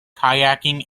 kayaking